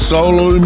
Solo